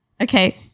Okay